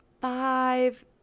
five